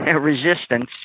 resistance